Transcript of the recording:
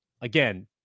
again